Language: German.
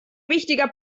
wichtiger